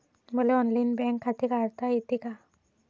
मले online bank खाते काढता येते का?